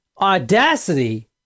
audacity